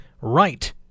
right